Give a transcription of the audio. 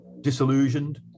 disillusioned